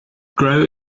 grow